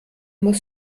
muss